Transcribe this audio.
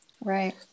Right